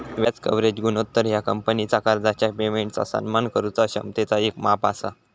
व्याज कव्हरेज गुणोत्तर ह्या कंपनीचा कर्जाच्या पेमेंटचो सन्मान करुचा क्षमतेचा येक माप असा